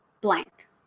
blank